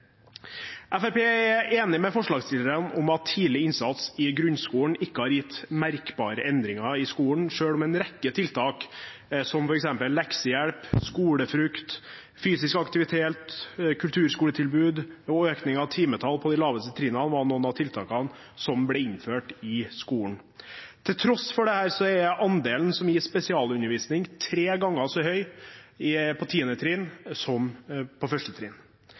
er enig med forslagsstillerne i at tidlig innsats i grunnskolen ikke har gitt merkbare endringer i skolen, selv om en rekke tiltak, som f.eks. leksehjelp, skolefrukt, fysisk aktivitet, kulturskoletilbud og økning av timetallet på de laveste trinnene, ble innført i skolen. Til tross for dette er andelen som gis spesialundervisning, tre ganger så høy på 10. trinn som på 1. trinn.